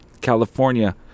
California